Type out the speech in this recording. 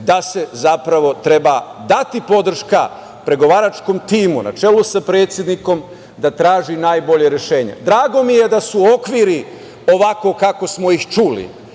da se zapravo treba dati podrška pregovaračkom timu, na čelu sa predsednikom, da traži najbolje rešenje. Drago mi je da su okviri ovako kako smo ih čuli,